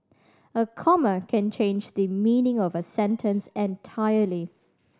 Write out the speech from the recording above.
a comma can change the meaning of a sentence entirely